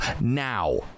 now